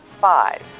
five